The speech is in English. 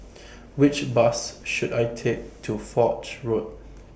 Which Bus should I Take to Foch Road